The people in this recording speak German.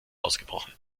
ausgebrochen